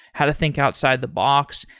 how to think outside the box,